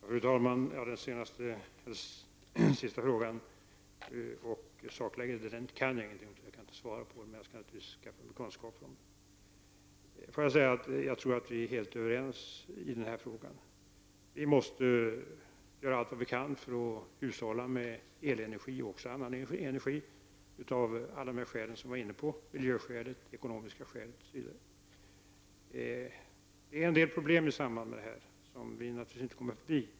Fru talman! Sakläget när det gäller Birgitta Hambraeus sista fråga kan jag ingenting om. Jag kan därför inte besvara den, men jag skall naturligtvis skaffa mig kunskaper om detta. Jag tror emellertid att vi är helt överens i denna fråga. Vi måste göra allt vi kan för att hushålla med elenergi och annan energi av alla de skäl som har nämnts, bl.a. miljöskäl och ekonomiska skäl. Det finns en del problem i samband med detta som vi naturligtvis inte kommer förbi.